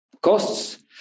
costs